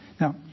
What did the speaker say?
Now